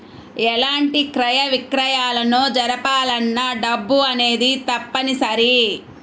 ఎలాంటి క్రయ విక్రయాలను జరపాలన్నా డబ్బు అనేది తప్పనిసరి